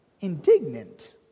indignant